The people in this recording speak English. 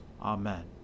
Amen